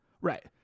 Right